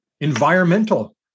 environmental